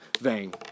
vain